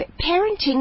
parenting